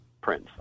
prince